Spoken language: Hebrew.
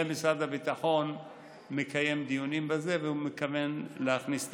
משרד הביטחון מקיים דיונים על זה והוא מתכוון להכניס תיקון.